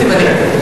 בעד התקציב.